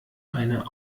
einer